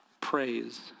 Praise